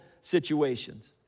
situations